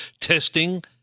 testing